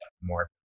more